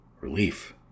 relief